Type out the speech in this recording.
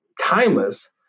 timeless